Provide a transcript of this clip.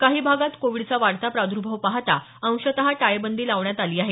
काही भागात कोविडचा वाढता प्रादुर्भाव पाहता अंशत टाळेबंदी लावण्यात आलेली आहे